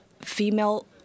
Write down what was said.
female